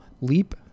Leap